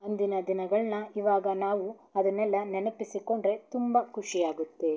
ಅಂದಿನ ದಿನಗಳನ್ನ ಇವಾಗ ನಾವು ಅದನ್ನೆಲ್ಲ ನೆನಪಿಸಿಕೊಂಡರೆ ತುಂಬ ಖುಷಿ ಆಗುತ್ತೆ